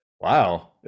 wow